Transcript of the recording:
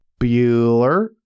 Bueller